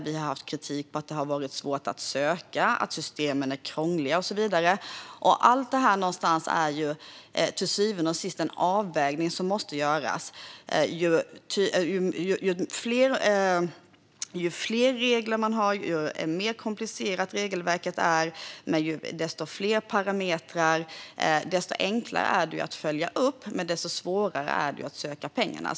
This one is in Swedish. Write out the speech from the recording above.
Vi har haft kritik mot att det har varit svårt att söka i dem, att systemen är krångliga och så vidare. Till syvende och sist är det en avvägning som måste göras. Ju fler regler man har, ju mer komplicerat regelverket är och ju fler parametrar det är, desto enklare är det att följa upp men desto svårare är det att söka pengarna.